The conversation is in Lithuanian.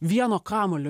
vieno kamuolio